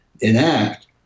enact